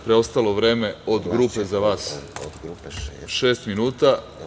Preostalo vreme od grupe za vas je šest minuta.